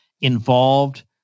involved